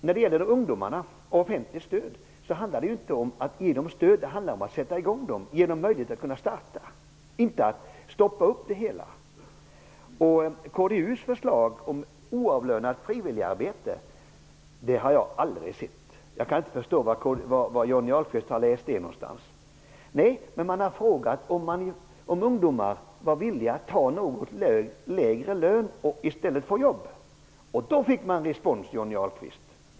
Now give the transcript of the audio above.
När det gäller ungdomar och offentligt stöd handlar det inte om att ge dem stöd. Det handlar om att sätta i gång dem och ge dem möjligheter att starta. Det handlar inte om att stoppa upp det hela. Kdu:s förslag om oavlönat frivilligarbete har jag aldrig sett. Jag kan inte förstå var Johnny Ahlqvist har läst det någonstans. Kdu har frågat ungdomar om de är villiga att få något lägre lön och i stället få jobb. Då fick de respons, Johnny Ahlqvist.